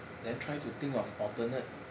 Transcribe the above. then try to think of alternate